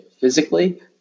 physically